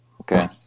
Okay